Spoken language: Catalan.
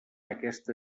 aquesta